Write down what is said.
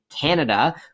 Canada